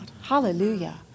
Hallelujah